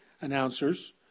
announcers